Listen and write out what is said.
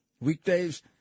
weekdays